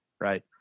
Right